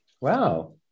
Wow